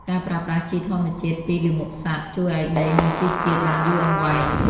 ការប្រើប្រាស់ជីធម្មជាតិពីលាមកសត្វ ជួយឱ្យដីមានជីជាតិបានយូរអង្វែង។